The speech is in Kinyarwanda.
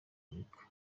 amerika